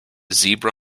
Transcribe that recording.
zebra